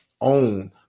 own